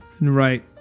Right